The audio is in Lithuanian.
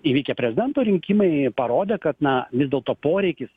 įvykę prezidento rinkimai parodė kad na vis dėlto poreikis